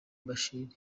bishira